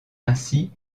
ainsi